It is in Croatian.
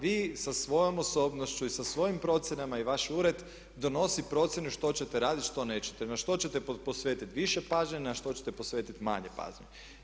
Vi sa svojom osobnošću i sa svojim procjenama i vaš ured donosi procjenu što ćete raditi, što nećete, na što ćete posvetiti više pažnje, na što ćete posvetiti manje pažnje.